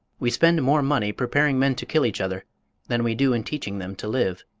we spend more money preparing men to kill each other than we do in teaching them to live.